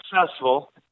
successful